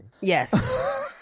Yes